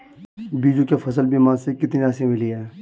बीजू को फसल बीमा से कितनी राशि मिली है?